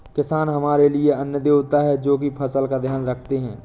किसान हमारे लिए अन्न देवता है, जो की फसल का ध्यान रखते है